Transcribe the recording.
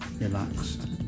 relaxed